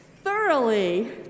Thoroughly